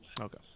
Okay